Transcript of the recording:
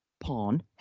pawn